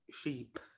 sheep